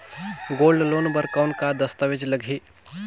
Gold loan बर कौन का दस्तावेज लगही?